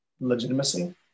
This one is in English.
legitimacy